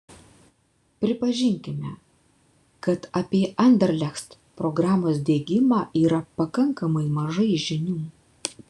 pripažinkime kad apie anderlecht programos diegimą yra pakankamai mažai žinių